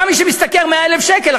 גם מי שמשתכר 100,000 שקל,